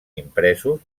impresos